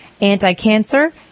anti-cancer